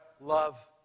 love